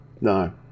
no